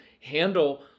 handle